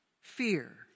fear